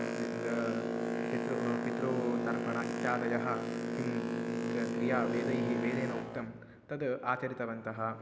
दद पिता पितृ तर्पणम् इत्यादयः काः क् क्रियाः वेदैः वेदेन उक्तं तद् आचरितवन्तः